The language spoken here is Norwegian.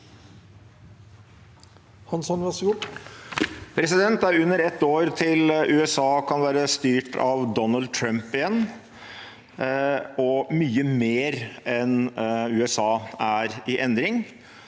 Hansson (MDG) Det er under ett år til USA kan være styrt av Donald Trump igjen, og mye mer enn USA er i endring.